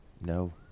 No